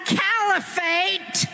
caliphate